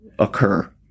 occur